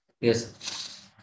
Yes